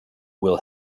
will